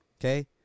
Okay